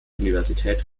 universität